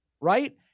right